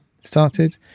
started